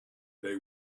they